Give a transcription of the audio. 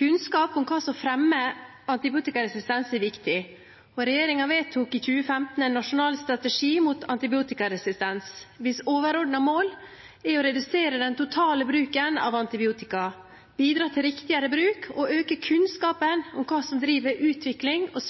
Kunnskap om hva som fremmer antibiotikaresistens, er viktig. Regjeringen vedtok i 2015 en nasjonal strategi mot antibiotikaresistens med overordnet mål om å redusere den totale bruken av antibiotika, bidra til riktigere bruk og øke kunnskapen om hva som driver utvikling og